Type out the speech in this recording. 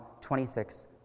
26